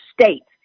states